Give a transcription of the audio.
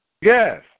Yes